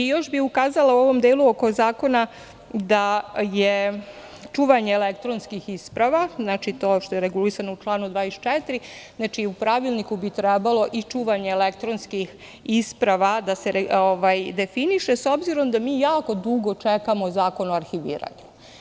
Još bih ukazala u ovom delu oko zakona da je čuvanje elektronskih isprava, to što je regulisano u članu 24, u pravilniku bi trebalo i čuvanje elektronskih isprava da se definiše, s obzirom da mi jako dugo čekamo zakon o arhiviranju.